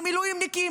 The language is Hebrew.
למילואימניקים,